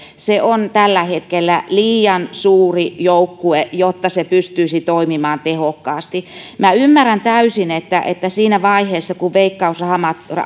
se on tällä hetkellä liian suuri joukkue jotta se pystyisi toimimaan tehokkaasti minä ymmärrän täysin että että siinä vaiheessa kun veikkaus raha